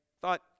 thought